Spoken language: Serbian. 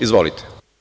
Izvolite.